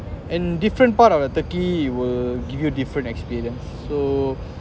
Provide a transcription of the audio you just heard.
and different part of the turkey it will give you a different experience so